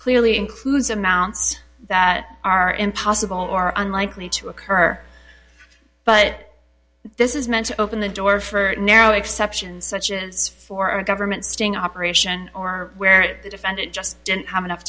clearly includes amounts that are impossible or unlikely to occur but this is meant to open the door for narrow exceptions such as for a government sting operation or where the defendant just didn't have enough